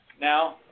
now